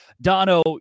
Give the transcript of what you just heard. Dono